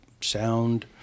sound